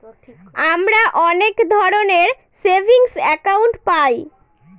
আমরা অনেক ধরনের সেভিংস একাউন্ট পায়